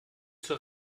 zur